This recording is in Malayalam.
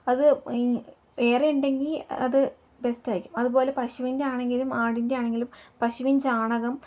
അത് ഈ വേറെ ഉണ്ടെങ്കിൽ അത് ബെസ്റ്റായിരിക്കും അതു പോലെ പശുവിൻ്റെ ആണെങ്കിലും ആടിൻ്റെ ആണെങ്കിലും പശുവിൻ ചാണകം